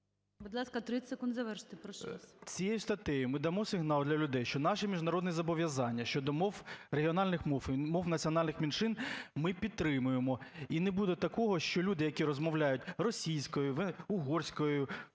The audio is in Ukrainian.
Будь ласка, 30 секунд, завершуйте, прошу вас. ПИСАРЕНКО В.В. Цією статтею ми дамо сигнал для людей, що наші міжнародні зобов'язання щодо мов, регіональних мов і мов національних меншин ми підтримуємо, і не буде такого, що люди, які розмовляють російською, угорською,